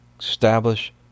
establish